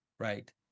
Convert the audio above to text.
Right